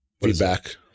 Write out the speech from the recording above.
feedback